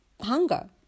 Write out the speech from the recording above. hunger